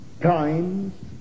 times